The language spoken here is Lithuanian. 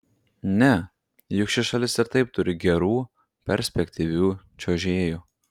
ne juk ši šalis ir taip turi gerų perspektyvių čiuožėjų